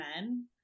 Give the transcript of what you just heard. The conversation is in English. men